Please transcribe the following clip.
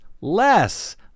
less